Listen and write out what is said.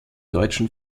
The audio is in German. deutschen